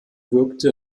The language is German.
wirkte